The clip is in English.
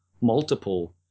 multiple